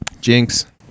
Jinx